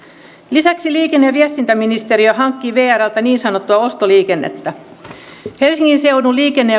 lisäksi liikenne ja viestintäministeriö hankkii vrltä niin sanottua ostoliikennettä helsingin seudun liikenne